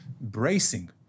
bracing